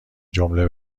جمله